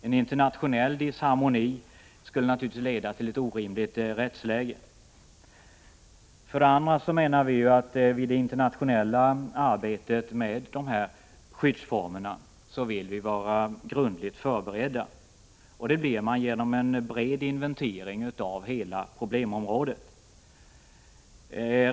En internationell disharmoni skulle naturligtvis leda till ett orimligt rättsläge. För det andra vill vi vara grundligt förberedda för det internationella arbetet med skyddsformerna. Det blir man genom en bred inventering av hela problemområdet.